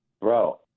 Bro